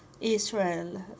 Israel